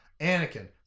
Anakin